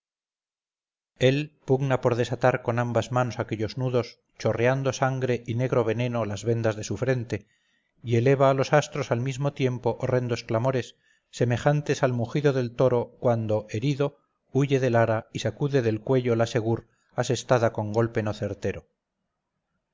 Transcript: el pugna por desatar con ambas manos aquellos nudos chorreando sangre y negro veneno las vendas de su frente y eleva a los astros al mismo tiempo horrendos clamores semejantes al mugido del toro cuando herido huye del ara y sacude del cuello la segur asestada con golpe no certero